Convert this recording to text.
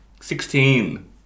Sixteen